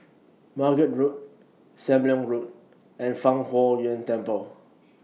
Margate Road SAM Leong Road and Fang Huo Yuan Temple